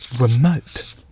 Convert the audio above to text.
remote